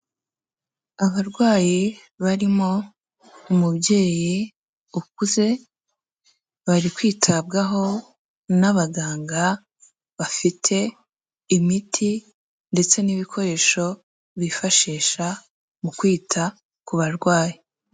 Abarwayi barimo umubyeyi ukuze, bari kwitabwaho n'abaganga bafite imiti ndetse n'ibikoresho bifashisha mu kwita ku barwayi.